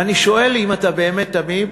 ואני שואל אם אתה באמת תמים,